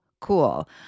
cool